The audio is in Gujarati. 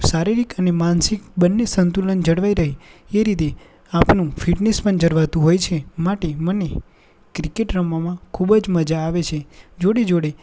શારીરિક અને માનસિક બન્ને સંતુલન જળવાઈ રહે એ રીતે આપણું ફિટનેસ પણ જળવાતું હોય છે માટે મને ક્રિકેટ રમવામાં ખૂબ જ મજા આવે છે જોડે જોડે